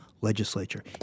legislature